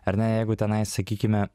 ar ne jeigu tenai sakykime